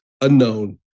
unknown